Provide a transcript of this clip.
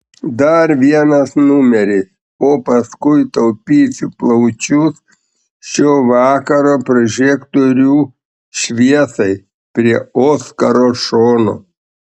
dar vienas numeris o paskui taupysiu plaučius šio vakaro prožektorių šviesai prie oskaro šono